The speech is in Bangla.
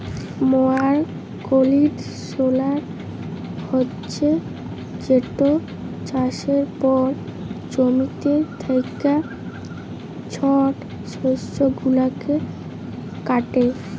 ময়ার কল্ডিশলার হছে যেট চাষের পর জমিতে থ্যাকা ছট শস্য গুলাকে কাটে